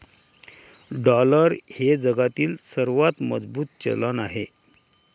dollar हे जगातील सर्वात मजबूत चलन आहे